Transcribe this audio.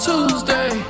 Tuesday